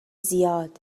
زیاد